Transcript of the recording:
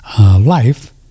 Life